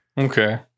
Okay